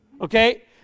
okay